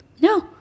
No